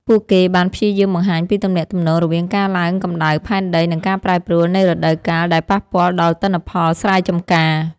ពួកគេបានព្យាយាមបង្ហាញពីទំនាក់ទំនងរវាងការឡើងកម្តៅផែនដី និងការប្រែប្រួលនៃរដូវកាលដែលប៉ះពាល់ដល់ទិន្នផលស្រែចម្ការ។